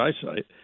eyesight